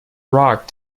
rock